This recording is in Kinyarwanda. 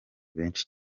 benshi